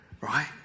right